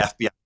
FBI